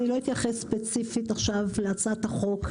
אני לא אתייחס ספציפית עכשיו להצעת החוק.